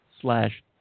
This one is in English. slash